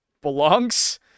belongs